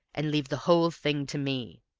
and leave the whole thing to me.